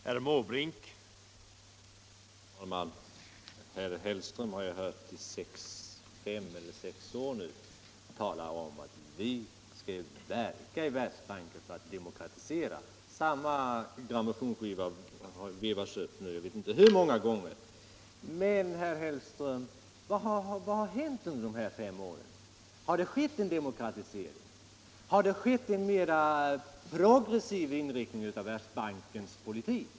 Herr talman! Jag har hört herr Hellström i fem eller sex år tala om att vi skall verka i Världsbanken för en demokratisering. Det är samma grammofonskiva som vevas nu. Jag vet inte hur många gånger jag har hört den. Men, herr Hellström, vad har hänt under dessa fem år? Har det skett en demokratisering? Har det blivit en mera progressiv inriktning av Världsbankens politik?